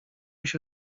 się